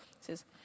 says